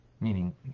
meaning